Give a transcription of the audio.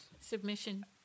submission